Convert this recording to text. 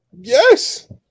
Yes